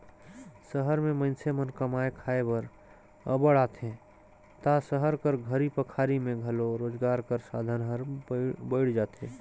सहर में मइनसे मन कमाए खाए बर अब्बड़ आथें ता सहर कर घरी पखारी में घलो रोजगार कर साधन हर बइढ़ जाथे